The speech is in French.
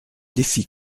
défi